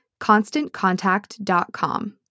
ConstantContact.com